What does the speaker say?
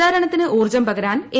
പ്രചാരണത്തിന് ഊർജ്ജം പകരാൻ എ